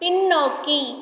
பின்னோக்கி